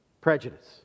prejudice